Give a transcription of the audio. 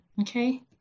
Okay